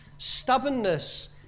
Stubbornness